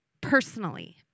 personally